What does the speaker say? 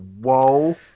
whoa